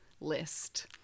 list